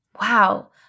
Wow